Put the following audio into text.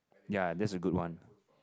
ya that's a good one